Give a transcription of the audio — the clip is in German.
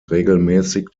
regelmäßig